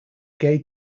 gay